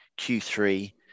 Q3